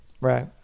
Right